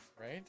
right